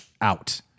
out